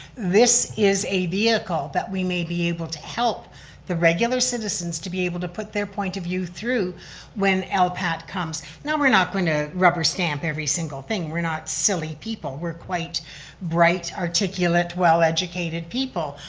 this is a vehicle that we may be able to help the regular citizens to be able to put their point of view through when lpat comes. no, we're not going to rubber stamp every single thing. we're not silly people, we're quite bright, articulate, well-educated people,